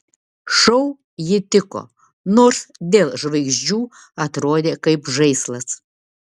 šou ji tiko nors dėl žvaigždžių atrodė kaip žaislas